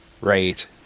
Right